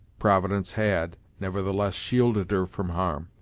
providence had, nevertheless shielded her from harm,